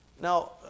Now